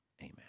Amen